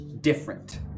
different